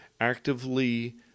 actively